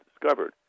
discovered